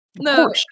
No